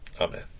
Amen